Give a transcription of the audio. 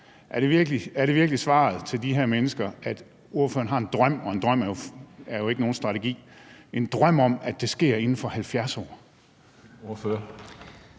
Er det virkelig svaret til de her mennesker, at ordføreren har en drøm – og en drøm er jo ikke